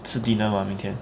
吃 dinner mah 明天